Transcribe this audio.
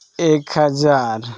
ᱮᱠ ᱦᱟᱡᱟᱨ